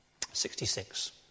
66